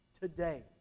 today